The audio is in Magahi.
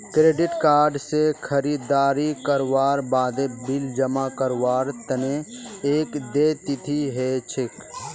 क्रेडिट कार्ड स खरीददारी करवार बादे बिल जमा करवार तना एक देय तिथि ह छेक